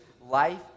life